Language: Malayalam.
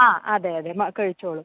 ആ അതെയതെ മ കഴിച്ചോളും